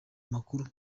amakuru